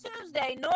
Tuesday